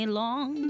long